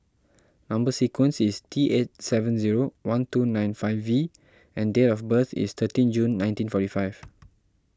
Number Sequence is T eight seven zero one two nine five V and date of birth is thirteen June nineteen forty five